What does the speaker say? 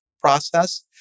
process